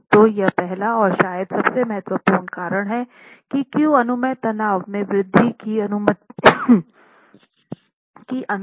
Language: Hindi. तो यह पहला और शायद सबसे महत्वपूर्ण कारण है की क्यों अनुमेय तनाव में वृद्धि की अनुमति है